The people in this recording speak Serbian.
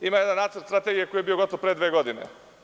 Ima jedan nacrt strategije koji je bio gotov pre dve godine.